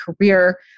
career